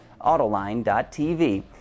Autoline.tv